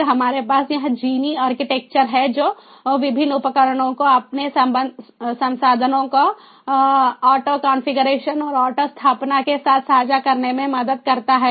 फिर हमारे पास यह जीनी आर्किटेक्चर है जो विभिन्न उपकरणों को अपने संसाधनों को ऑटो कॉन्फ़िगरेशन और ऑटो स्थापना के साथ साझा करने में मदद करता है